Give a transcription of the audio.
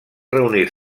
reunir